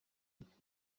میکنند